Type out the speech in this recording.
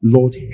Lord